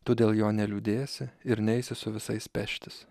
tu dėl jo neliūdėsi ir neisi su visais peštis